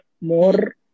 More